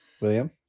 William